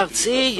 בארצי,